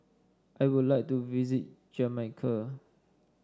I would like to visit Jamaica